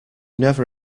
never